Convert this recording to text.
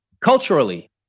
Culturally